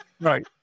Right